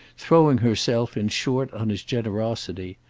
throwing herself in short on his generosity.